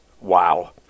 Wow